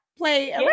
play